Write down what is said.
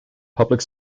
public